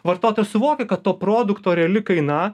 vartotojas suvokia kad to produkto reali kaina